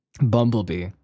Bumblebee